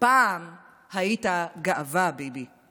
פעם היית גאווה, ביבי.